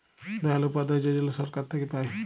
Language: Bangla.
দয়াল উপাধ্যায় যজলা ছরকার থ্যাইকে পায়